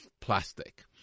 plastic